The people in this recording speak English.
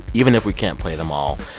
even if we can't play them all.